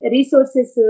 Resources